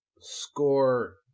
score